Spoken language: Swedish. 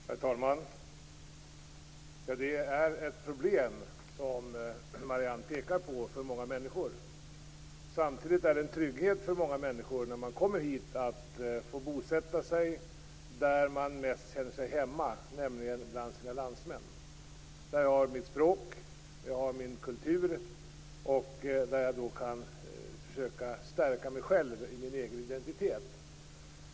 Herr talman! Det som Marianne Andersson pekar på är ett problem för många människor. Samtidigt är det en trygghet att få bosätta sig där man mest känner sig hemma, nämligen bland sina landsmän. Där talas samma språk, man har samma kultur och där kan man stärka sig själv i sin egen identitet.